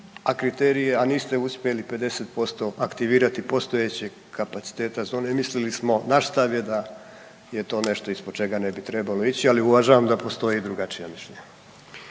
a niste uspjeli 50% aktivirati postojeće kapaciteta zone, naš stav je to nešto ispod čega ne bi trebalo ići, ali uvažavam da postoje drugačija mišljenja.